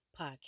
podcast